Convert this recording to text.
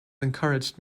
encouraged